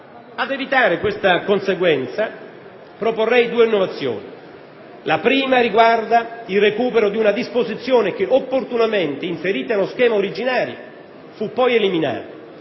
Ad evitare questa conseguenza, proporrei due innovazioni. La prima riguarda il recupero di una disposizione che, opportunamente inserita nello schema originario, fu poi eliminata,